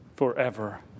forever